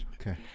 Okay